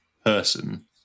person